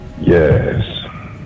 yes